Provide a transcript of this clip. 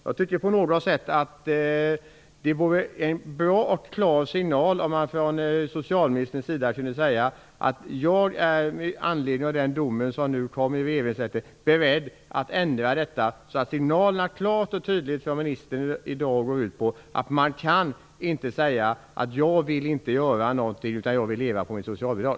Jag tycker på något sätt att det vore en bra och klar signal om man från socialministerns sida kunde säga att man med anledning av domen från Regeringsrätten är beredd att ändra detta så att signalerna klart och tydligt markerar att det inte går att säga: Jag vill inte göra någonting, utan jag vill leva på mitt socialbidrag.